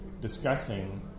discussing